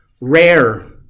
rare